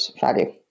value